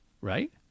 right